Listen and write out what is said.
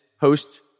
host